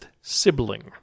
sibling